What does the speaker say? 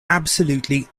absolutely